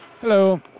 Hello